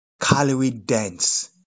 calorie-dense